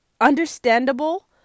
understandable